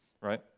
right